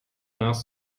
nach